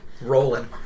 rolling